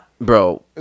Bro